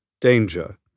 danger